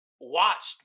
watched